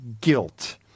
guilt